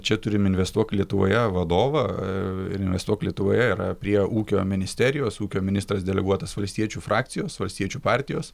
čia turim investuok lietuvoje vadovą investuok lietuvoje yra prie ūkio ministerijos ūkio ministras deleguotas valstiečių frakcijos valstiečių partijos